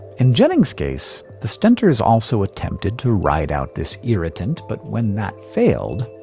in jennings' case, the stentors also attempted to ride out this irritant. but when that failed,